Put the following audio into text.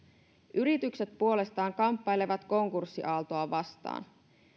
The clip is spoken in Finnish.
yritykset puolestaan kamppailevat konkurssiaaltoa vastaan